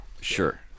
Sure